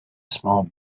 small